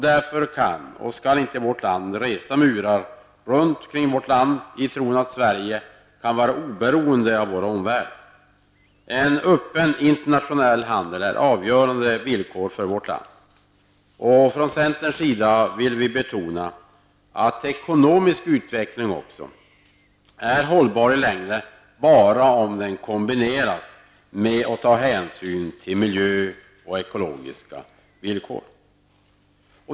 Därför kan, och skall, inte vi i Sverige resa murar runt landet i tron att Sverige kan vara oberoende av omvärlden. En öppen internationell handel är ett avgörande villkor för vårt land. Vi i centern vill betona att ekonomisk utveckling i längden är hållbar endast om den kombineras med och om hänsyn tas till miljö och ekologiska villkor.